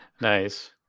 Nice